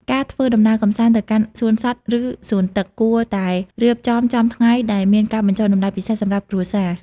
ការធ្វើដំណើរកម្សាន្តទៅកាន់សួនសត្វ ឬសួនទឹក គួរតែរៀបចំចំថ្ងៃដែលមានការបញ្ចុះតម្លៃពិសេសសម្រាប់គ្រួសារ។